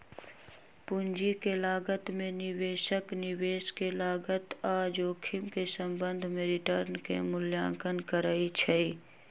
पूंजी के लागत में निवेशक निवेश के लागत आऽ जोखिम के संबंध में रिटर्न के मूल्यांकन करइ छइ